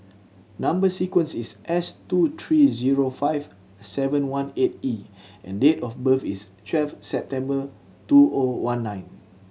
number sequence is S two three zero five seven one eight E and date of birth is twelve September two O one nine